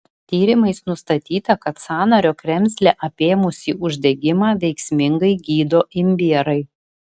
tyrimais nustatyta kad sąnario kremzlę apėmusį uždegimą veiksmingai gydo imbierai